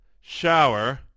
shower